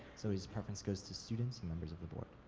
so his preference goes to students and members of the board.